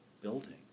building